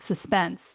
suspense